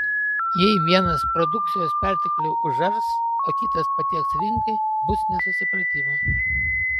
jei vienas produkcijos perteklių užars o kitas patieks rinkai bus nesusipratimų